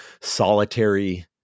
solitary